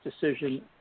decision